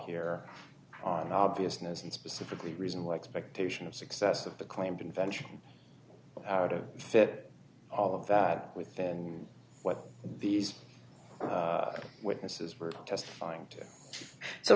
here on obviousness and specifically reasonable expectation of success of the claimed invention out of all of that within what these witnesses were testifying to so